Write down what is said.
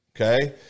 Okay